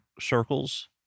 circles